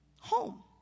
Home